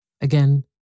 Again